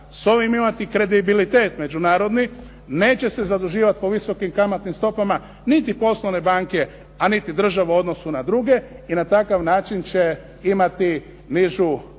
sa ovim imati kredibilitet međunarodni, neće se zaduživati sa visokim kamatnim stopama niti poslovne banke, a niti država u odnosu na druge i na takav način će imati nižu kamatnu stopu.